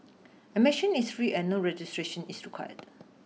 admission is free and no registration is required